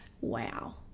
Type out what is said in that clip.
wow